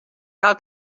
cal